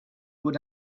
would